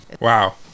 Wow